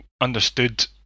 understood